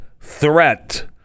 threat